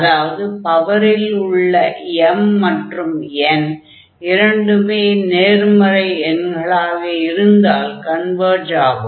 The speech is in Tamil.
அதாவது பவரில் உள்ள m மற்றும் n இரண்டுமே நேர்மறை எண்களாக இருந்தால் கன்வர்ஜ் ஆகும்